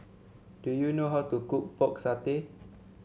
do you know how to cook Pork Satay